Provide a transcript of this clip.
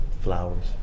flowers